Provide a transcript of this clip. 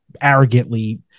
arrogantly